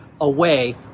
away